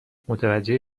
متوجه